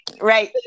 right